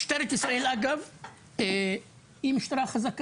משטרת ישראל היא גוף חזק,